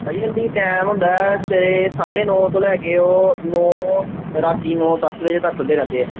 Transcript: ਭਾਅ ਜੀ ਉਨ੍ਹਾਂ ਦਾ ਟਾਈਮ ਹੁੰਦਾ ਸਵੇਰੇ ਸਾਢੇ ਨੌ ਤੋਂ ਲੈ ਕੇ ਉਹ ਨੌ ਰਾਤ ਨੌ ਦਸ ਵਜੇ ਤੱਕ ਖੁੱਲ੍ਹੇ ਰਹਿੰਦੇ ਆ